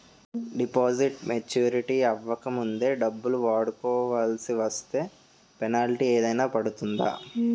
Deposit maturity అవ్వక ముందే డబ్బులు వాడుకొవాల్సి వస్తే పెనాల్టీ ఏదైనా పడుతుందా?